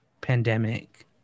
pandemic